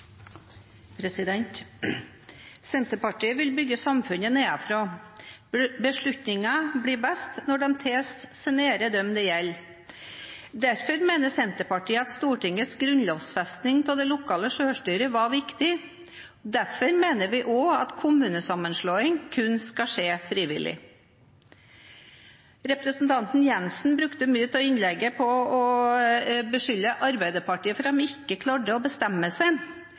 gjelder. Derfor mener Senterpartiet at Stortingets grunnlovfesting av det lokale selvstyret var viktig, og derfor mener vi også at kommunesammenslåing kun skal skje frivillig. Representanten Jenssen brukte mye av innlegget på å beskylde Arbeiderpartiet for ikke å klare å bestemme seg.